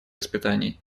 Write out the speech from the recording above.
испытаний